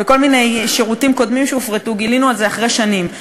בכל מיני שירותים קודמים שהופרטו גילינו את זה אחרי שנים,